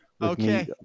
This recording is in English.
okay